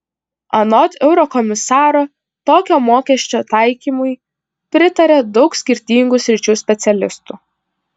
anot eurokomisaro tokio mokesčio taikymui pritaria daug skirtingų sričių specialistų